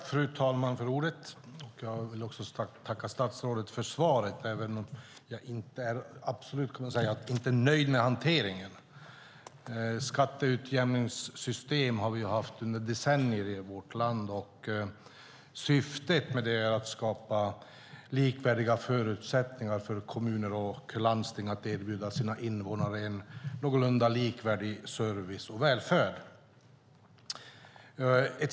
Fru talman! Jag vill också tacka statsrådet för svaret, även om jag är absolut inte nöjd med hanteringen. Ett skatteutjämningssystem har funnits i decennier i vårt land. Syftet med det är att skapa likvärdiga förutsättningar för kommuner och landsting att erbjuda sina invånare en någorlunda likvärdig service och välfärd.